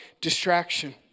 distraction